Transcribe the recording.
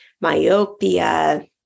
myopia